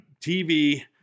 TV